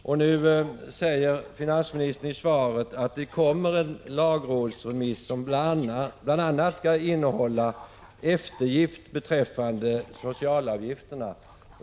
Finansministern säger i svaret att det kommer en lagrådsremiss som bl.a. skall innehålla förslag om eftergift beträffande socialavgifterna.